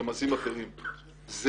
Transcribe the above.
דברים אחרים שנרמזו.